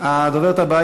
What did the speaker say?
מי הדובר הבא?